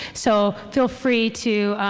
so feel free to